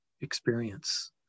experience